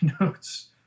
notes